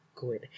Good